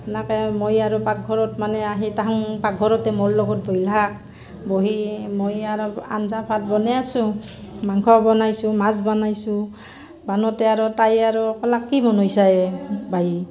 সেনেকৈ মই আৰু পাকঘৰত মানে আহি তাহোন পাকঘৰতে মোৰ লগত বহিলাক বহি মই আৰু আঞ্জা ভাত বনাই আছোঁ মাংস বনাইছোঁ মাছ বনাইছোঁ বানোঁতে আৰু তাই আৰু অকলাক কি বনইছা এ বাই